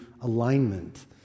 alignment